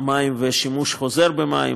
המים ושימוש חוזר במים.